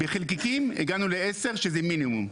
בחלקיקים הגענו לעשר שזה מינימום,